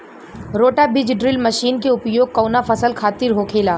रोटा बिज drill machine के उपयोग कऊना फसल खातिर होखेला?